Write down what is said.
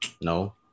no